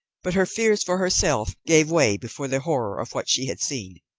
but her fears for herself gave way before the horror of what she had seen.